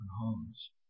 homes